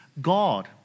God